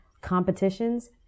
Competitions